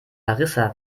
marissa